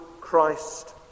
Christ